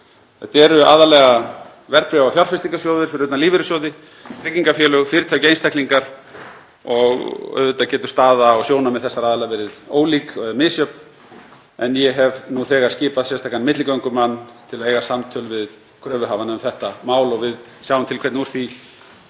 Þetta eru aðallega verðbréfa- og fjárfestingarsjóðir fyrir utan lífeyrissjóði, tryggingafélög, fyrirtæki og einstaklinga. Auðvitað getur staða og sjónarmið þessara aðila verið ólík eða misjöfn. Ég hef nú þegar skipað sérstakan milligöngumann til að eiga samtöl við kröfuhafana um þetta mál og við sjáum til hvernig úr því